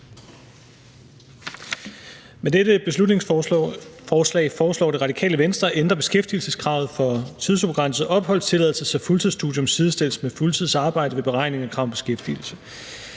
Med dette beslutningsforslag foreslår Det Radikale Venstre at ændre beskæftigelseskravet for tidsubegrænset opholdstilladelse, så fuldtidsstudium sidestilles med fuldtidsarbejde ved beregning af krav om beskæftigelse.